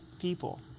people